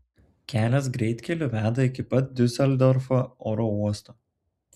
kelias greitkeliu veda iki pat diuseldorfo oro uosto